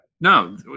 no